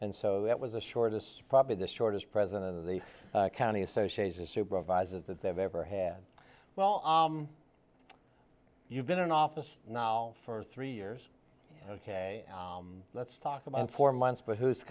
and so it was a shortest probably the shortest president of the county associations supervisors that they've ever had well you've been in office now for three years ok let's talk about four months but who's